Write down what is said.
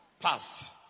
passed